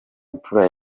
imfura